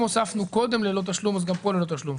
אם הוספנו קודם "ללא תשלום" אז גם פה ייכתב "ללא תשלום",